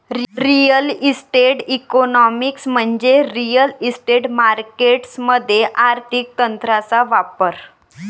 real estate economics म्हणजे real estate markets मध्ये आर्थिक तंत्रांचा वापर